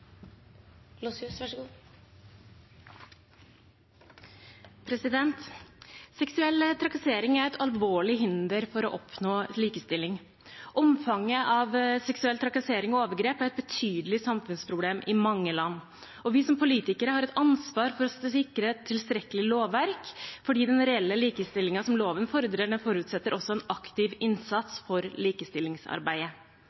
minste bedriftene. Så samlet sett sikrer den nye aktivitets- og redegjørelsesplikten at vi får styrket kunnskap og mer kunnskap om de faktiske forholdene i bedriftene. Seksuell trakassering er et alvorlig hinder for å oppnå likestilling. Omfanget av seksuell trakassering og overgrep er et betydelig samfunnsproblem i mange land. Vi som politikere har ansvar for å sikre et tilstrekkelig lovverk, fordi den reelle likestillingen som